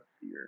fear